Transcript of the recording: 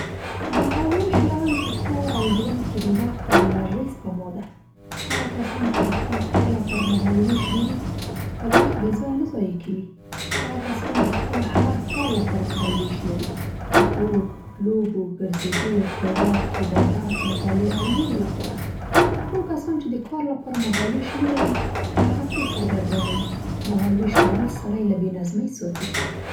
مهال وېش لرل په کار او ژوند کې د وخت او انرژۍ سپما ده. هغه کسان چې د خپل کار لپاره مهال وېش لري خپل وخت بېځایه نه ضایع کوي. هغه کسان د خپل هر کار لپاره مهال وېش لري. د خوب، لوبو، ګرځېدو، خوراک، عبادت، مطالعې او نورو لپاره. کوم کسان چې د کار لپاره مهال وېش نه لري هغه تل سر ګردانه وي. مهال وېش لرل سړی له بې نظمۍ ساتي.